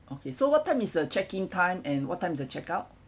okay so what time is the check in time and what time is the check out